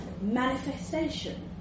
manifestation